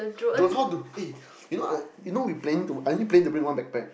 drone how to eh you know I you know we planning to I only plan to bring one backpack